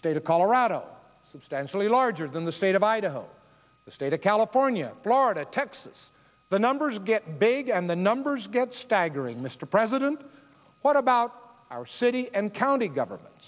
state of colorado substantially larger than the state of idaho the state of california florida texas the numbers get big and the numbers get staggering mr president what about our city and county government